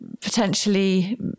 potentially